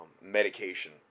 medication